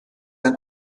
ein